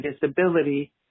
disability